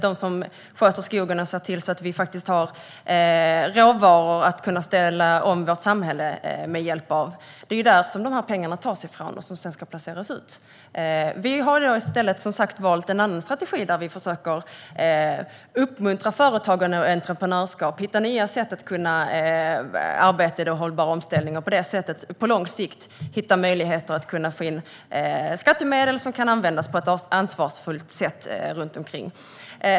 De som sköter skogen ska se till att vi faktiskt har råvaror för att kunna ställa om vårt samhälle. Det är därifrån dessa pengar tas som sedan ska placeras ut. Vi har i stället valt en annan strategi, där vi försöker uppmuntra företagare och entreprenörskap och hitta nya sätt att arbeta med den hållbara omställningen och på lång sikt hitta möjligheter att få in skattemedel som kan användas på ett ansvarsfullt sätt.